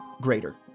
greater